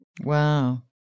Wow